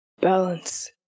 Balance